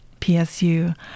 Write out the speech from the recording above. PSU